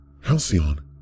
Halcyon